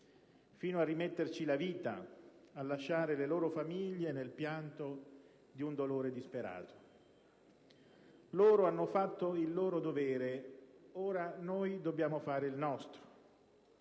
fino a rimetterci la vita, a lasciare le loro famiglie nel pianto di un dolore disperato. Loro hanno fatto il loro dovere: ora noi dobbiamo fare il nostro.